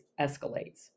escalates